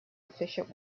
efficient